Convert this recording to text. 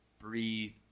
breathe